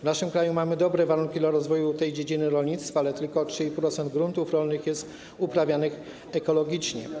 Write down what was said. W naszym kraju mamy dobre warunki dla rozwoju tej dziedziny rolnictwa, ale tylko 3,5% gruntów rolnych jest uprawianych ekologicznie.